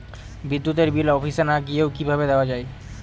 বিদ্যুতের বিল অফিসে না গিয়েও কিভাবে দেওয়া য়ায়?